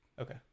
Okay